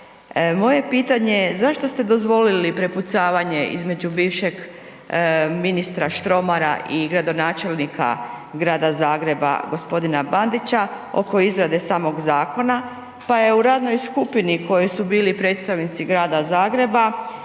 Moje pitanje je, zašto ste dozvolili prepucavanje između bivšeg ministra Štromara i gradonačelnika Grada Zagreba g. Bandića oko izrade samog zakona, pa je u radnoj skupini u kojoj su bili predstavnici Grada Zagreba